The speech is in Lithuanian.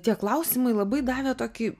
tie klausimai labai davė tokį